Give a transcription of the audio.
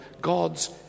God's